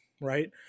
right